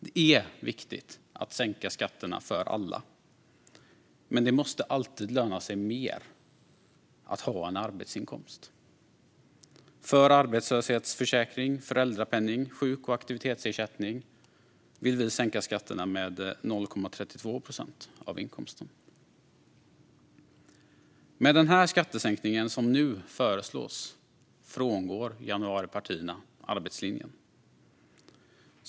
Det är viktigt att sänka skatterna för alla, men det måste alltid löna sig mer att ha en arbetsinkomst. För arbetslöshetsförsäkring, föräldrapenning, sjuk och aktivitetsersättning vill vi sänka skatterna med 0,32 procent av inkomsten. Med den skattesänkning som nu föreslås frångår januaripartierna arbetslinjen.